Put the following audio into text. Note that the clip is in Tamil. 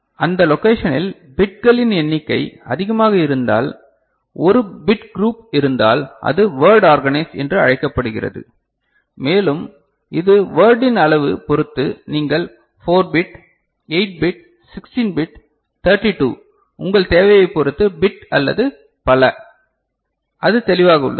அந்த லொகேஷனில் பிட்களின் எண்ணிக்கை அதிகமாக இருந்தால் ஒரு பிட் குரூப் இருந்தால் அது வர்ட் ஆர்கனைஸ்ட் என்று அழைக்கப்படுகிறது மேலும் இது வர்டின் அளவு பொறுத்து நீங்கள் 4 பிட் 8 பிட் 16 பிட் 32 உங்கள் தேவையைப் பொறுத்து பிட் அல்லது பல அது தெளிவாக உள்ளது